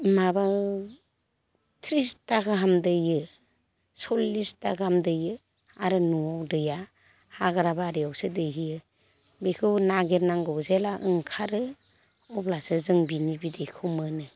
माबा थ्रिसथा गाहाम दैयो सल्लिसथा गाहाम दैयो आरो न'आव दैया हाग्रा बारियावसो दैहैयो बेखौ नागिर नांगौ जेला ओंखारो अब्लासो जों बिनि बिदैखौ मोनो